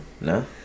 No